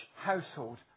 household